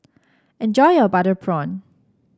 enjoy your Butter Prawn